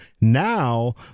now